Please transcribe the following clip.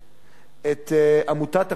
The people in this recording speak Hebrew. את עמותת "הכול חי",